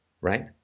right